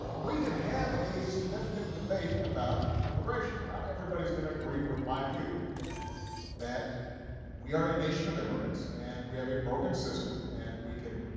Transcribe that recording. we can have a significant debate about immigration. not everybody is going to agree with my view that we are a nation of immigrants, and we have a broken system, and we can